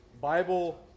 Bible